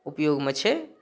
उपयोगमे छै